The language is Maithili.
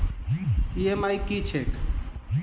ई.एम.आई की छैक?